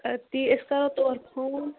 آ تِی أسۍ کَرو تور فون